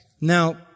Now